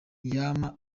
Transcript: yama